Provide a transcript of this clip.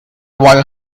wild